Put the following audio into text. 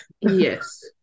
Yes